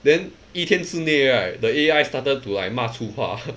then 一天之内 right the A_I started to like 骂粗话